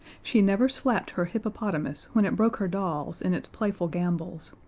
she never slapped her hippopotamus when it broke her dolls in its playful gambols,